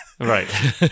Right